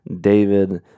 David